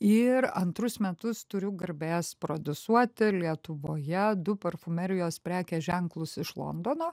ir antrus metus turiu garbės prodiusuoti lietuvoje du parfumerijos prekės ženklus iš londono